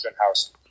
house